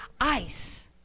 ice